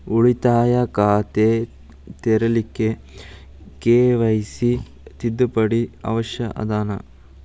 ಉಳಿತಾಯ ಖಾತೆ ತೆರಿಲಿಕ್ಕೆ ಕೆ.ವೈ.ಸಿ ತಿದ್ದುಪಡಿ ಅವಶ್ಯ ಅದನಾ?